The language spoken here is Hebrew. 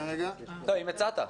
הצעת.